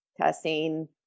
testing